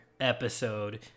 episode